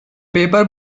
paper